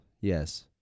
yes